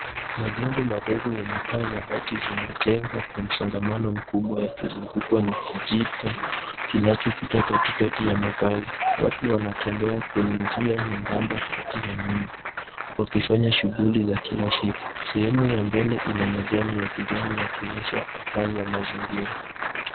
Majengo madogo yenye paa za bati zimejengwa kwa msongamano mkubwa yakizungukwa na kijito kinachopita katikati ya makazi. Watu wanatembea kwenye njia nyembamba kati ya nyumba wakifanya shughuli za kila siku. Sehemu ya mbele ina majani ya kijani yakionyesha uhai wa mazingira.